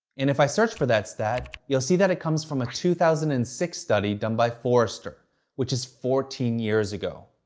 and if i search for that stat, you'll see that it comes from a two thousand and six study done by forrester which is fourteen years ago.